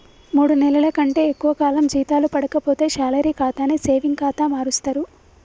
మూడు నెలల కంటే ఎక్కువ కాలం జీతాలు పడక పోతే శాలరీ ఖాతాని సేవింగ్ ఖాతా మారుస్తరు